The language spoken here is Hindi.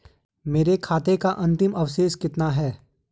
मेरे खाते का अंतिम अवशेष कितना है?